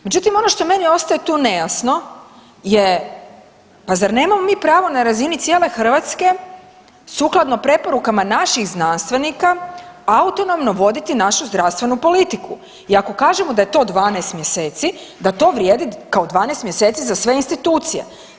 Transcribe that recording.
Međutim, ono što meni ostaje tu nejasno je pa zar nemamo mi pravo na razini cijele Hrvatske sukladno preporukama naših znanstvenika autonomno voditi našu zdravstvenu politiku i ako kažemo da je to 12 mjeseci da to vrijedi kao 12 mjeseci za sve institucije.